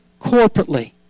corporately